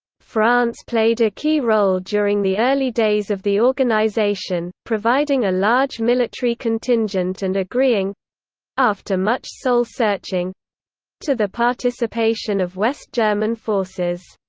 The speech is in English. france played a key role during the early days of the organisation, providing a large military contingent and agreeing after much soul-searching to the participation of west german forces.